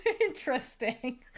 Interesting